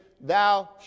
thou